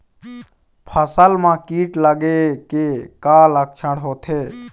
फसल म कीट लगे के का लक्षण होथे?